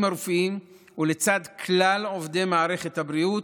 הרפואיים ולצד כלל עובדי מערכת הבריאות